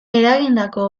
eragindako